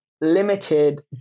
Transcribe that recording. limited